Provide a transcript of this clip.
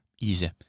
easy